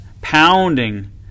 pounding